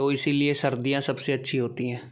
तो इसीलिए सर्दियाँ सबसे अच्छी होती हैं